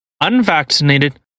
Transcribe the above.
unvaccinated